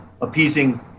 appeasing